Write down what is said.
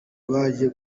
babanje